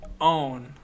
own